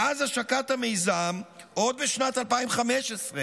מאז השקת המיזם, עוד בשנת 2015,